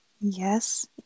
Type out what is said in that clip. Yes